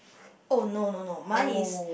oh no no no mine is